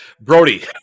Brody